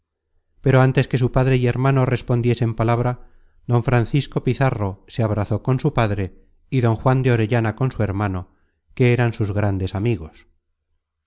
pero antes que su padre y hermano respondiesen palabra don francisco pizarro se abrazó con su padre y don juan de orellana con su hermano que eran sus grandes amigos